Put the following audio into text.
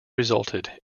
resulted